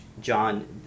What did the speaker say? John